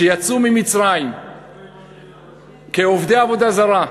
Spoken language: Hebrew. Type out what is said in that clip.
שיצאו ממצרים כעובדי עבודה זרה,